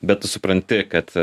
bet tu supranti kad